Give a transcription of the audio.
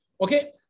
Okay